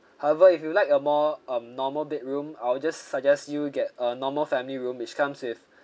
however if you would like a more um normal bedroom I will just suggest you get a normal family room which comes with